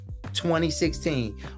2016